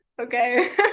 Okay